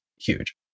huge